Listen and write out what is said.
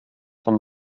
von